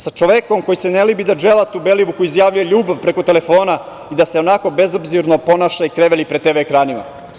Sa čovekom koji se ne libi da dželatu Belivuku izjavljuje ljubav preko telefona i da se onako bezobzirno ponaša i krevelji pred TV ekranima.